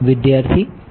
વિદ્યાર્થી H